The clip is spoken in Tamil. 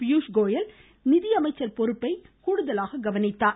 பியூஷ் கோயல் நிதியமைச்சர் பொறுப்பை கூடுதலாக கவனித்தார்